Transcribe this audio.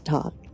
Talk